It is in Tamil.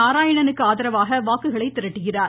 நாராயணனுக்கு ஆதரவாக வாக்குகளை திரட்டுகிறார்